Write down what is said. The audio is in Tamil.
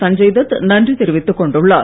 சஞ்சய் தத் நன்றி தெரிவித்துக் கொண்டுள்ளார்